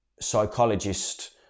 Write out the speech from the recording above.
psychologist